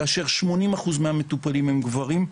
כאשר 80 אחוז מהמטופלים הם גברים,